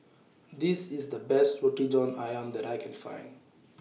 This IS The Best Roti John Ayam that I Can Find